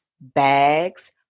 bags